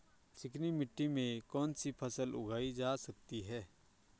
चिकनी मिट्टी में कौन सी फसल उगाई जा सकती है?